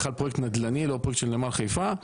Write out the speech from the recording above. בכלל פרויקט נדל"ני לא פרויקט של נמל חיפה,